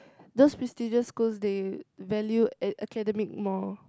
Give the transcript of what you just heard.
those prestigious schools they value at academic more